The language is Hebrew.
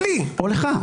או לי -- או לך.